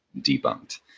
debunked